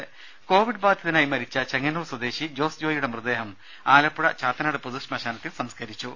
രുമ കൊവിഡ് ബാധിതനായി മരിച്ച ചെങ്ങന്നൂർ സ്വദേശി ജോസ് ജോയിയുടെ മൃതദേഹം ആലപ്പുഴ ചാത്തനാട് പൊതു ശ്മശാനത്തിൽ സംസ്കാരിച്ചു